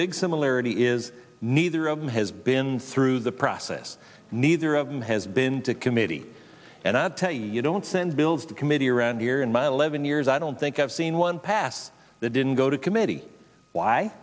big similarity is neither of them has been through the process neither of them has been to committee and i tell you you don't send bills to committee around here in my eleven years i don't think i've seen one pass that didn't go to committee why